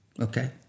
Okay